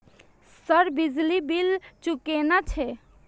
Sir बिजली bill चूकेना छे?